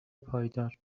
پایدار